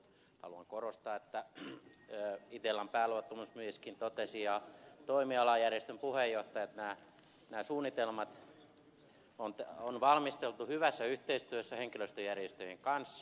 haluan korostaa että itellan pääluottamusmieskin totesi tämän samoin toimialajärjestön puheenjohtajat nämä suunnitelmat on valmisteltu hyvässä yhteistyössä henkilöstöjärjestöjen kanssa